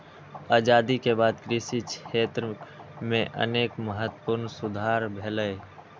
आजादी के बाद कृषि क्षेत्र मे अनेक महत्वपूर्ण सुधार भेलैए